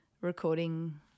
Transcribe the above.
recording